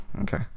okay